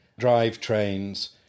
drivetrains